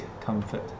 comfort